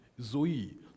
Zoe